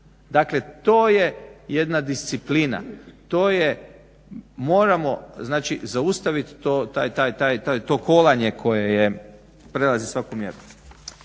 Dakle, to je jedna disciplina, to je moramo znači zaustaviti to kolanje koje prelazi svaku mjeru.